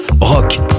Rock